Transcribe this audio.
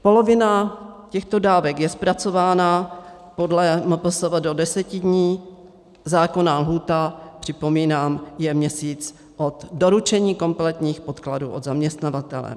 Polovina těchto dávek je zpracována podle MPSV do 10 dní, zákonná lhůta je, připomínám, měsíc od doručení kompletních podkladů od zaměstnavatele.